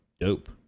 dope